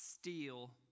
steal